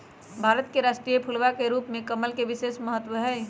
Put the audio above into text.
भारत के राष्ट्रीय फूलवा के रूप में कमल के विशेष महत्व हई